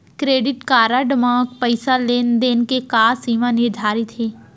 Credit card म पइसा लेन देन के का सीमा निर्धारित हे?